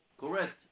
Correct